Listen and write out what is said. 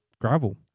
gravel